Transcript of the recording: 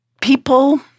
people